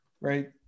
right